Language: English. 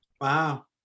wow